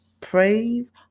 praise